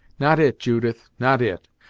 not it, judith not it.